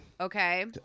okay